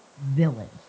villain